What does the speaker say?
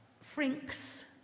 Frink's